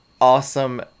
awesome